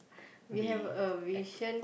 be ep